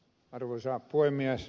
arvoisa puhemies